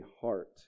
heart